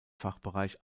fachbereich